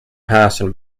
passion